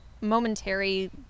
momentary